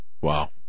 Wow